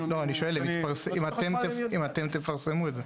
אני שואל אם אתם תפרסמו את זה.